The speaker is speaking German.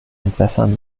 entwässern